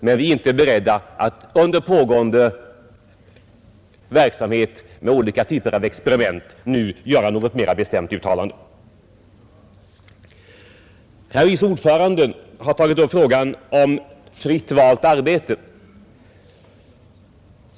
Men vi har inte varit beredda att under pågående verksamhet med olika typer av experiment göra något mera bestämt uttalande därvidlag. Utskottets vice ordförande tog upp frågan om fritt valt arbete.